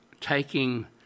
taking